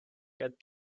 get